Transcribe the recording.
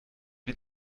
wie